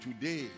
today